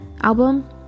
album